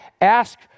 Ask